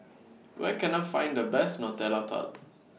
Where Can I Find The Best Nutella Tart